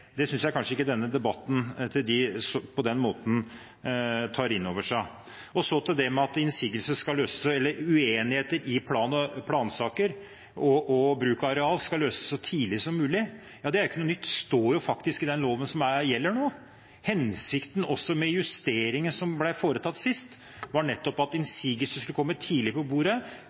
Det synes jeg kanskje ikke denne debatten tar innover seg. Så til at uenigheter i plansaker og bruk av areal skal løses så tidlig som mulig. Det er ikke noe nytt. Det står faktisk i den loven som gjelder nå. Hensikten med de justeringer som ble foretatt sist, var nettopp at innsigelsene skulle tidlig på bordet